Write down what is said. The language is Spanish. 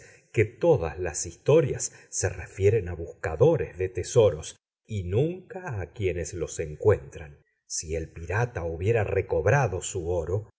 que todas las historias se refieren a buscadores de tesoros y nunca a quienes los encuentran si el pirata hubiera recobrado su oro